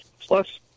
Plus